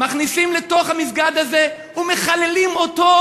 מכניסים לתוך המסגד הזה ומחללים אותו,